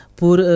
por